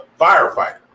firefighter